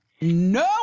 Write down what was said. no